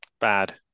Bad